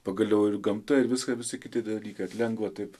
pagaliau ir gamta ir viska visi kiti dalykai ar lengva taip